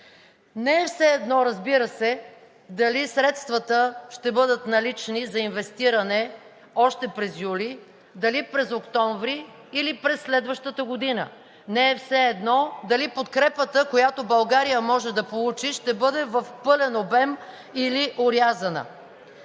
Не е все едно, разбира се, дали средствата ще бъдат налични за инвестиране още през юли, дали през октомври или през следващата година. Не е все едно дали подкрепата, която България може да получи, ще бъде в пълен обем или орязана.